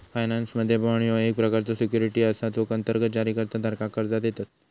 फायनान्समध्ये, बाँड ह्यो एक प्रकारचो सिक्युरिटी असा जो अंतर्गत जारीकर्ता धारकाक कर्जा देतत